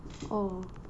oh